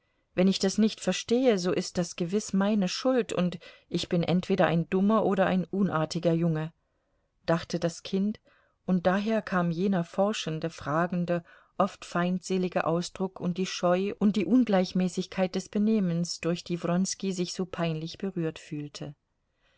wenn ich das nicht verstehe so ist das gewiß meine schuld und ich bin entweder ein dummer oder ein unartiger junge dachte das kind und daher kam jener forschende fragende oft feindselige ausdruck und die scheu und die ungleichmäßigkeit des benehmens durch die wronski sich so peinlich berührt fühlte